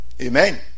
Amen